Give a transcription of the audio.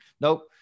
nope